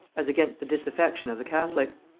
as against the disaffection of the catholics.